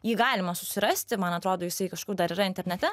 jį galima susirasti man atrodo jisai kažkur dar yra internete